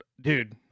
dude